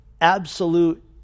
absolute